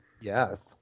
Yes